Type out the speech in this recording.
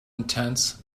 intense